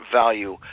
value